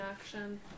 action